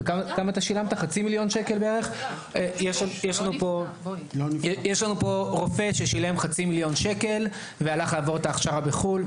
יש לנו פה רופא ששילם חצי מיליון שקל והוא הלך לעבור את ההכשרה בחו"ל.